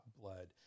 blood